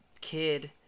kid